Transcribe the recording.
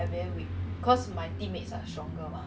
ya because you so small